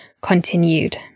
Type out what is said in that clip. continued